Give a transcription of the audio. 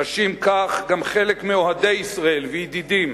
חשים כך גם חלק מאוהדי ישראל וידידים